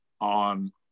on